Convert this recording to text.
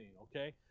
okay